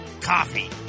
coffee